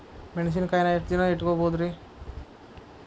ಮೆಣಸಿನಕಾಯಿನಾ ಎಷ್ಟ ದಿನ ಇಟ್ಕೋಬೊದ್ರೇ?